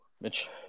Mitch